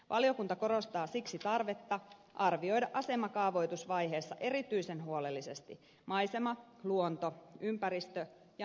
valiokunta korostaa siksi tarvetta arvioida asemakaavoitusvaiheessa erityisen huolellisesti maisema luonto ympäristö ja natura vaikutukset